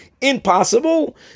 impossible